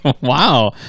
Wow